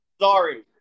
sorry